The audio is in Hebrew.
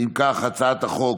אם כך, הצעת החוק